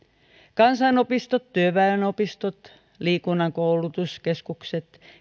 kansanopistot työväenopistot liikunnan koulutuskeskukset